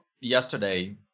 yesterday